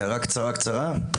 הערה קצרה קצרה.